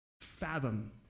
fathom